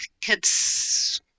kids